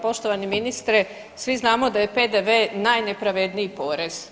Poštovani ministre svi znamo da je PDV najnepravedniji porez.